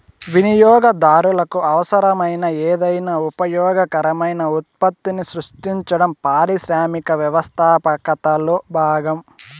వినియోగదారులకు అవసరమైన ఏదైనా ఉపయోగకరమైన ఉత్పత్తిని సృష్టించడం పారిశ్రామిక వ్యవస్థాపకతలో భాగం